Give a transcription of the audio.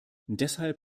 deshalb